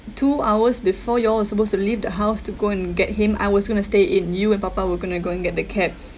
two hours before you all are supposed to leave the house to go and get him I was going to stay in you and papa were going to go and get the cab